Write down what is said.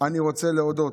אני רוצה להודות,